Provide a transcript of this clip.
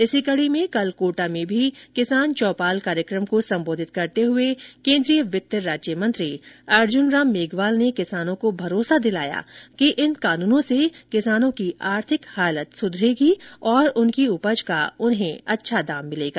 इसी कड़ी में कल कोटा में भी किसान चौपाल कार्यक्रम को संबोधित करते हुए केंद्रीय वित्त राज्य मंत्री अर्जुनराम मेघवाल ने किसानों को भरोसा दिलाया कि इन कानूनों से किसानों की आर्थिक हालत सुधरेगी और उनकी उपज का उन्हें अच्छा दाम मिलेगा